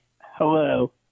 hello